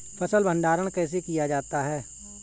फ़सल भंडारण कैसे किया जाता है?